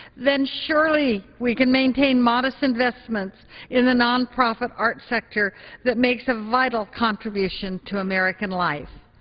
then surely we can maintain modest investments in the nonprofit art sector that makes a vital contribution to american life.